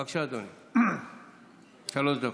בבקשה, אדוני, שלוש דקות.